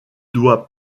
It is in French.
doit